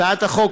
הצעת החוק,